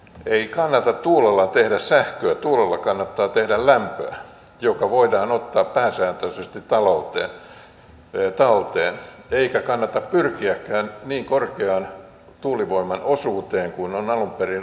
ei kannata tuulella tehdä sähköä tuulella kannattaa tehdä lämpöä joka voidaan ottaa pääsääntöisesti talteen eikä kannata pyrkiäkään niin korkeaan tuulivoiman osuuteen kuin mihin on alun perin ratkettu